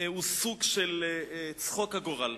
הוא סוג של צחוק הגורל.